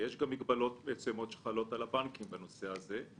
ויש מגבלות מסוימות שחלות על הבנקים בנושא הזה,